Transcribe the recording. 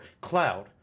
Cloud